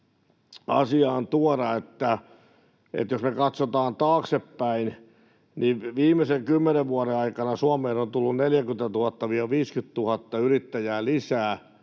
asiaan, että jos me katsotaan taaksepäin, niin viimeisen kymmenen vuoden aikana Suomeen on tullut 40 000—50 000 yrittäjää lisää,